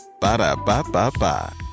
ba-da-ba-ba-ba